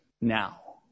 now